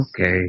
Okay